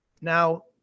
Now